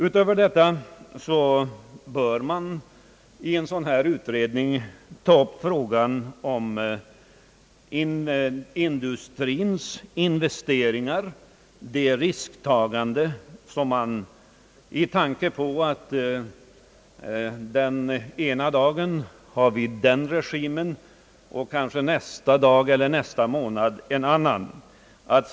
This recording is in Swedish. Utöver detta bör man i en sådan här utredning ta upp frågan om industrins investeringar och det risktagande, som ligger i att det i utvecklingslandet den ena dagen finns en regim och kanske nästa dag eller nästa månad en annan regim.